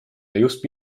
just